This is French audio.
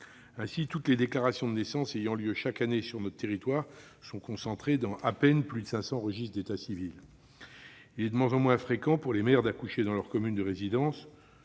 Ainsi, les déclarations des naissances ayant lieu sur notre territoire sont concentrées dans à peine plus de 500 registres d'état civil. Il est de moins en moins fréquent qu'une mère accouche dans sa commune de résidence,